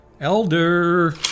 Elder